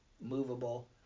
movable